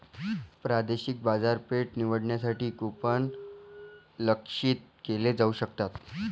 प्रादेशिक बाजारपेठा निवडण्यासाठी कूपन लक्ष्यित केले जाऊ शकतात